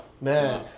Man